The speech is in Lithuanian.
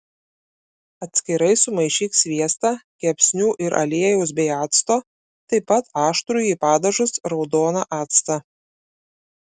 atskirai sumaišyk sviestą kepsnių ir aliejaus bei acto taip pat aštrųjį padažus raudoną actą